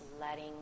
letting